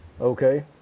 Okay